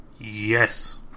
Yes